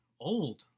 old